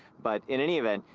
but in any event,